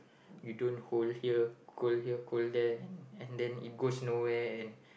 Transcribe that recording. you don't hold here cold here cold there and then it goes no where